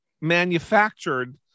manufactured